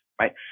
right